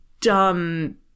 dumb